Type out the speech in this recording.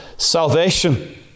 salvation